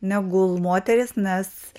negul moteris nes